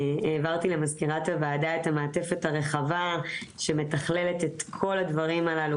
העברתי למזכירת הוועדה את המעטפת הרחבה שמתכללת את כל הדברים האלה,